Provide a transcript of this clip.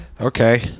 Okay